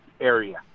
area